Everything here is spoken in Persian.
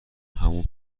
همون